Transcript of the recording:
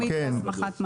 הלאומית להסמכת מעבדות.